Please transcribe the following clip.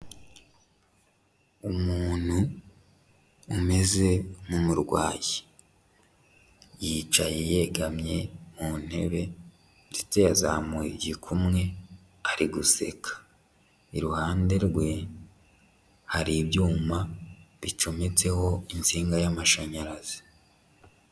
Umuntu umeze nk'umurwayi, yicaye yegamye mu ntebe ndetse yazamuye igikumwe ari guseka, iruhande rwe hari ibyuma bicometseho insinga y'amashanyarazi.